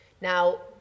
Now